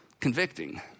convicting